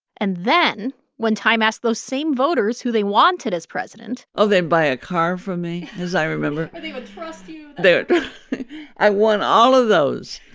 and then when time asked those same voters who they wanted as president. oh, they'd buy a car from me. as i remember and they would trust you they would i won all of those,